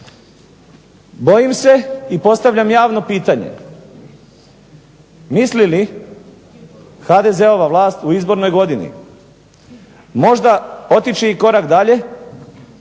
Bojim se i postavljam javno pitanje misli li HDZ-ova vlast u izbornoj godini možda otići i korak dalje